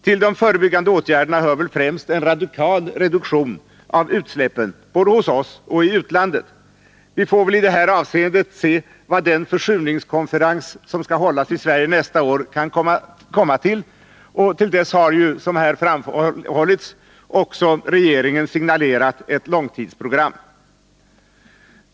Till de sistnämnda hör främst en radikal reduktion av utsläppen både hos oss och i utlandet — vi får väl i detta avseende se vad den försurningskonferens som skall hållas i Sverige nästa år, kan komma till. Till dess har ju regeringen också signalerat ett långtidsprogram.